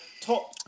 top